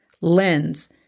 lens